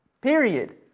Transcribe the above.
Period